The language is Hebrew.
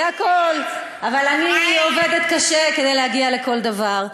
אבל אני עובדת קשה כדי להגיע לכל דבר.